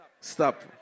Stop